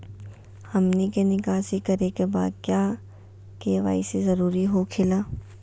हमनी के निकासी करे के बा क्या के.वाई.सी जरूरी हो खेला?